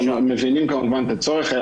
מבינים כמובן את הצורך.